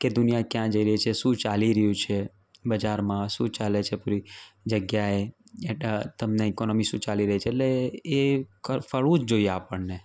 કે દુનિયા ક્યાં જઈ રહી છે શું ચાલી રહ્યું છે બજારમાં શું ચાલે છે આપણી જગ્યાએ તમને ઈકોનોમી શું ચાલી રહી છે એટલે એ ફરવું જ જોઇએ આપણને